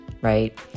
right